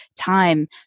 time